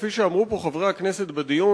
כפי שאמרו פה חברי הכנסת בדיון,